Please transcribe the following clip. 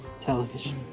television